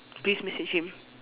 please message him